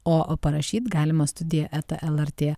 o parašyti galima studija eta lrt